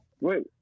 wait